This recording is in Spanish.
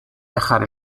dejar